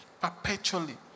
Perpetually